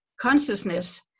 consciousness